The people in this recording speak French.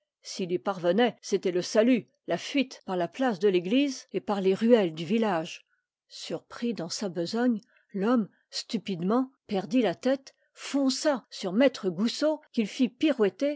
s'il y parvenait c'était le salut la fuite par la place de l'église et par les ruelles du village surpris dans sa besogne l'homme stupidement perdit la tête fonça sur maître goussot qu'il fit pirouetter